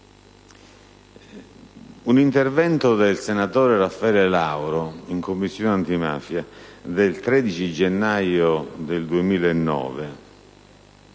Un intervento del senatore Raffaele Lauro in Commissione antimafia del 13 gennaio 2009,